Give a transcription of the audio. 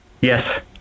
Yes